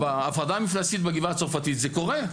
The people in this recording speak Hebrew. בהפרדה המפלסית בגבעה הצרפתית זה קורה.